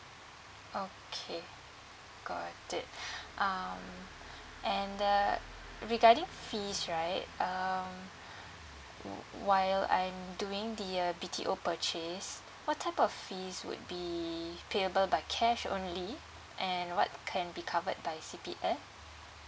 okay got it um and uh regarding fees right um wh~ while I'm doing the uh B_T_O purchase what type of fees would be payable by cash only and what can be covered by C_P_F